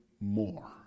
more